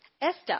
Esther